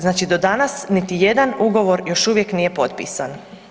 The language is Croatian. Znači do danas niti jedan ugovor još uvijek nije potpisan.